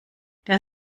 der